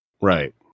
Right